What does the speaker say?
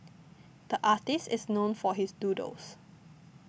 the artist is known for his doodles